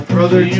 Brother